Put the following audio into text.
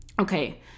Okay